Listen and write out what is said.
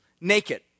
naked